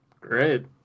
Great